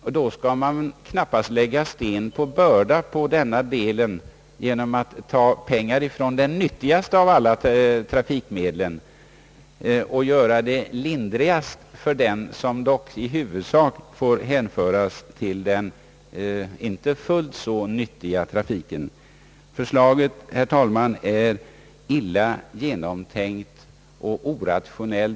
Man skall då inte lägga sten på börda i denna del genom att ta pengar från det nyttigaste av alla trafikmedlen och göra det lindrigast för sådana, som i huvudsak får hänföras till den inte fullt så nyttiga trafiken. Förslaget är, herr talman, illa genomtänkt och orationellt.